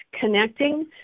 connecting